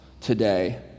today